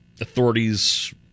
Authorities